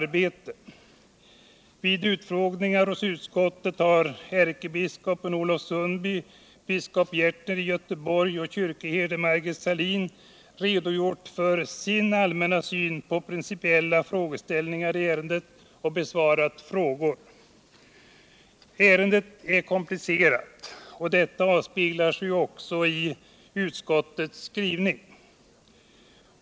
Vid utfrågningen hos utskottet har ärkebiskop Olof Sundby, biskop Bertil Gärtner i Göteborg och kyrkoherde Margit Sahlin redogjort för sin allmänna syn på principiella frågeställningar i ärendet och besvarat frågor. Ärendet är komplicerat, och detta förhållande avspeglas i utskottets skrivning.